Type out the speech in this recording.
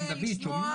שומעים אותו?